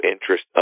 interest